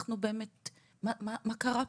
מה קרה פה?